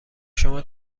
شما